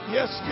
Yes